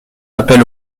appel